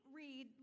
read